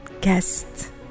guest